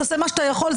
תעשה מה שאתה יכול,